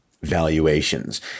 valuations